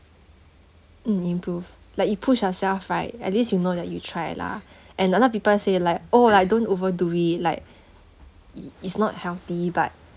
mm improve like you push yourself right at least you know that you try lah and a lot of people say like oh like don't overdo it like i~ it's not healthy but